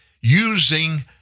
using